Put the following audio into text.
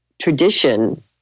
tradition